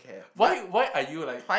why why are you like